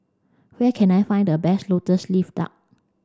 where can I find the best lotus leaf duck